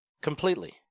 completely